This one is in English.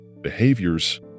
behaviors